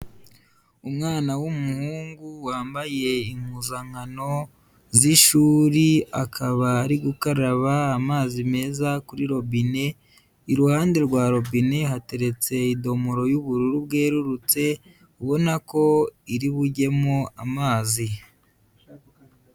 Umwana w'umuhungu wambaye impuzankano z'ishuri, akaba ari gukaraba amazi meza kuri robine, iruhande rwa robine hateretse idomoro y'ubururu bwerurutse ubona ko iri bujyemo amazi.